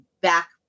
back